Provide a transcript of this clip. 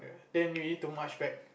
then we need to march back